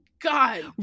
God